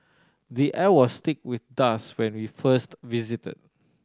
the air was thick with dust when we first visited